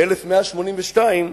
ב-1182,